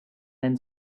then